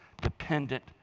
dependent